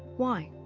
why?